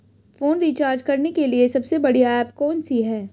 Phone recharge करने के लिए सबसे बढ़िया ऐप कौन सी है?